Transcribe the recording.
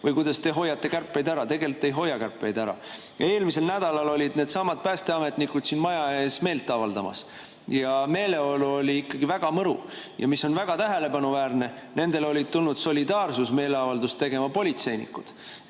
või kuidas te hoiate kärpeid ära. Tegelikult te ei hoia kärpeid ära. Eelmisel nädalal olid päästeametnikud siin maja ees meelt avaldamas ja meeleolu oli ikkagi väga mõru. Ja mis on väga tähelepanuväärne – nendega solidaarselt olid tulnud meelt avaldama politseinikud.